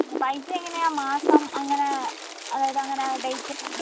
പിന്നെ പൈസ എങ്ങനെയാണ് മാസം അങ്ങനെ അതായത് അങ്ങനെ ഡേറ്റ് ഒന്നും